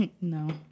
No